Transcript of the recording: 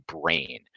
brain